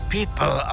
People